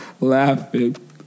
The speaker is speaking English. laughing